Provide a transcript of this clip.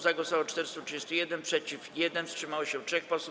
Za głosowało 431, przeciw - 1, wstrzymało się 3 posłów.